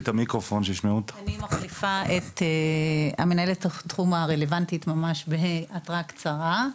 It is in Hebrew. אני מחליפה את מנהלת התחום הרלוונטית ממש בהתראה קצרה,